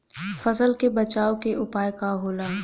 फसल के बचाव के उपाय का होला?